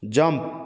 jump